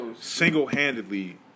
single-handedly –